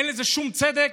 אין בזה שום צדק,